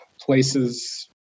places